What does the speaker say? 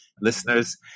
listeners